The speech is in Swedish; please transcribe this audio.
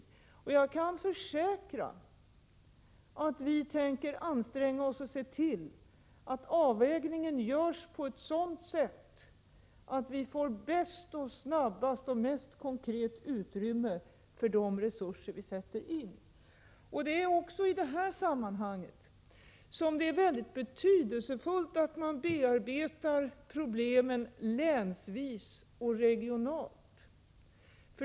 Jag kan försäkra att vi skall anstränga oss för att se till att avvägningen görs så, att det på bästa, snabbaste och mest konkreta sätt ges utrymme för de resurser som skall sättas in. Det är också i detta sammanhang mycket betydelsfullt att problemen bearbetas länsvis och regionalt.